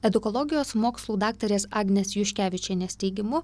edukologijos mokslų daktarės agnės juškevičienės teigimu